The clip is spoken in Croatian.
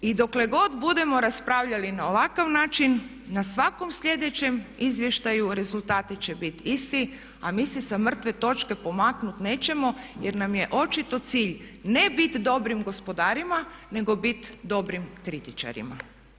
I dokle god budemo raspravljali na ovakav način na svakom sljedećem izvještaju rezultati će biti isti a mi se sa mrtve točke pomaknuti nećemo jer nam je očito cilj ne biti dobrim gospodarima nego biti dobrim kritičarima.